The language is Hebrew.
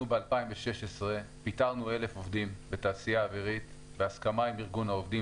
ב-2016 פיטרנו 1,000 עובדים בתעשייה האווירית בהסכמה עם ארגון העובדים,